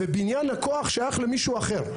ובניין הכוח שייך למישהו אחר.